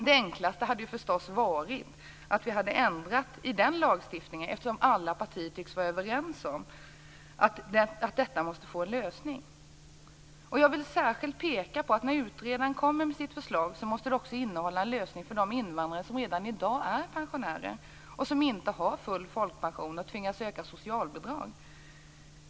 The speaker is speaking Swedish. Det enklaste hade förstås varit att vi ändrat i den lagstiftningen, eftersom alla partier tycks vara överens om att detta måste få en lösning. Jag vill särskilt peka på att utredarens förslag också måste innehålla en lösning för alla de invandrare som redan i dag är pensionärer och som inte har full folkpension och tvingas söka socialbidrag.